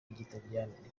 rw’ikilatini